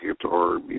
guitar